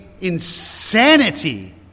insanity